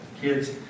kids